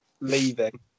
leaving